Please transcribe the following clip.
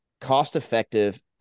cost-effective